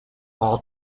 all